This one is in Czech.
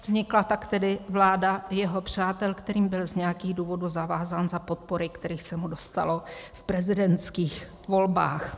Vznikla tak tedy vláda jeho přátel, kterým byl z nějakých důvodů zavázán za podpory, kterých se mu dostalo v prezidentských volbách.